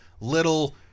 little